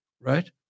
right